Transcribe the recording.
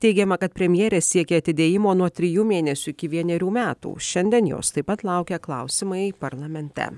teigiama kad premjerė siekia atidėjimo nuo trijų mėnesių iki vienerių metų šiandien jos taip pat laukia klausimai parlamente